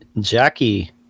Jackie